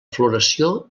floració